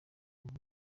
mubi